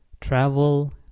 travel